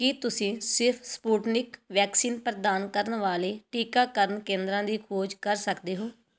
ਕੀ ਤੁਸੀਂ ਸਿਰਫ਼ Sputnik vaccine ਪ੍ਰਦਾਨ ਕਰਨ ਵਾਲੇ ਟੀਕਾਕਰਨ ਕੇਂਦਰਾਂ ਦੀ ਖੋਜ ਕਰ ਸਕਦੇ ਹੋ